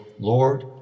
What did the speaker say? Lord